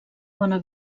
bona